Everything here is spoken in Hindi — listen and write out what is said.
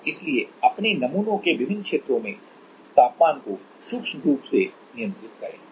और इसलिए अपने नमूनों के विभिन्न क्षेत्रों में तापमान को सूक्ष्म रूप से नियंत्रित करें